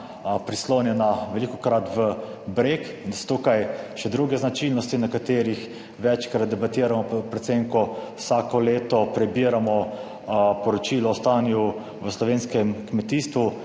prislonjena velikokrat v breg in da so tukaj še druge značilnosti, na katerih večkrat debatiramo, pa predvsem, ko vsako leto prebiramo poročilo o stanju v slovenskem kmetijstvu,